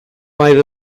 five